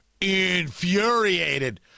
infuriated